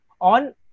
on